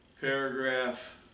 Paragraph